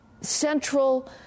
central